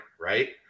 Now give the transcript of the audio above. Right